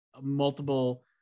multiple